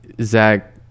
zach